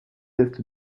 est